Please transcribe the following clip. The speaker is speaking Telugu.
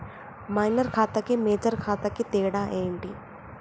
మైనర్ ఖాతా కి మేజర్ ఖాతా కి తేడా ఏంటి?